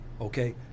Okay